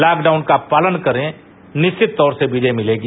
lockdown का पालन करें निश्चित तौर से विजय मिलेगी